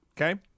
Okay